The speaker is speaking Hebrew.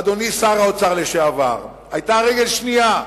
אדוני שר האוצר לשעבר, היתה רגל שנייה,